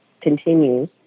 continues